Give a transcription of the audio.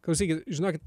klausykit žinokit